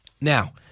Now